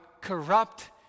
corrupt